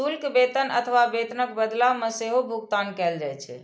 शुल्क वेतन अथवा वेतनक बदला मे सेहो भुगतान कैल जाइ छै